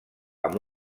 amb